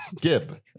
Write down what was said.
gib